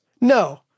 no